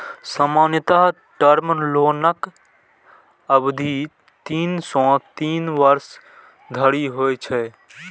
सामान्यतः टर्म लोनक अवधि तीन सं तीन वर्ष धरि होइ छै